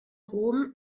rom